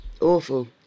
Awful